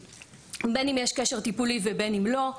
בין אם יש קשר טיפולי ובין אם לא.